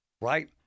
right